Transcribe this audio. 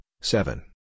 seven